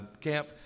camp